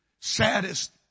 saddest